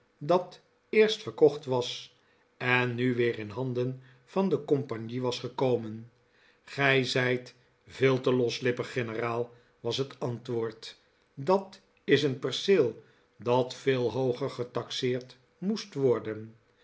dat eerst verkocht was en nu weer in handen van de compagnie was gekomen gij zijt veel te loslippig generaal was het antwoord dat is een perceel dat veel hooger getaxeerd moest worden